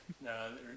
No